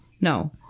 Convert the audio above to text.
No